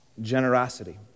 generosity